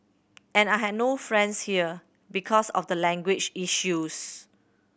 and I had no friends here because of the language issues